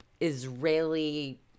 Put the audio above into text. Israeli